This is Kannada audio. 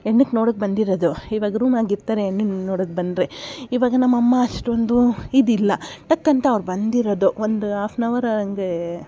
ಹೆಣ್ಣಕ್ಕೆ ನೋಡೊಕ್ಕೆ ಬಂದಿರೊದು ಇವಾಗ ರೂಮಾಗೆ ಇರ್ತರೆ ಹೆಣ್ಣನ್ನು ನೋಡೋಕ್ಕೆ ಬಂದರೆ ಇವಾಗ ನಮ್ಮಮ್ಮ ಅಷ್ಟೊಂದು ಇದಿಲ್ಲ ಟಕ್ಕಂತ ಅವ್ರು ಬಂದಿರೊದು ಒಂದು ಹಾಫ್ ಅನ್ ಹವರ್ ಹಾಗೆ